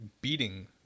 beating